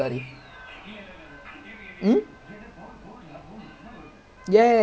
but we convince him not to right I remember we convince him not to right or something